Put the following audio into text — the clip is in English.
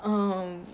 um